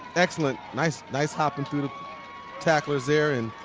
excellent. nice nice hopping through the tackle ers there. and